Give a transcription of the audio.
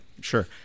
sure